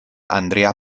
andrea